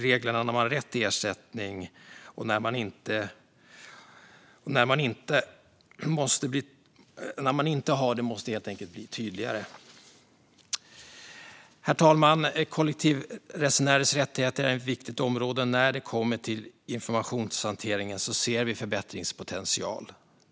Reglerna för när man har rätt till ersättning och när man inte har det måste helt enkelt bli tydligare. Herr ålderspresident! Kollektivtrafikresenärers rättigheter är ett viktigt område, och när det kommer till informationshanteringen ser vi förbättringspotential.